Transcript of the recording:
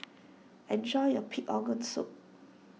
enjoy your Pig Organ Soup